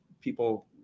people